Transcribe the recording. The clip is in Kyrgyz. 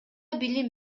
билим